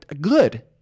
good